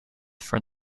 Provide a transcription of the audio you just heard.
from